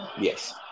Yes